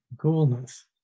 coolness